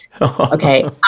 Okay